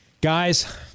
guys